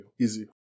Easy